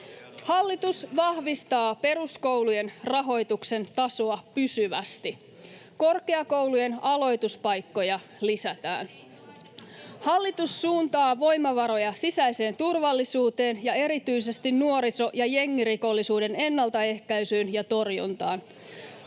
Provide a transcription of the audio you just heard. Hallitus vahvistaa peruskoulujen rahoituksen tasoa pysyvästi. Korkeakoulujen aloituspaikkoja lisätään. [Veronika Honkasalon välihuuto] Hallitus suuntaa voimavaroja sisäiseen turvallisuuteen ja erityisesti nuoriso- ja jengirikollisuuden ennaltaehkäisyyn ja torjuntaan.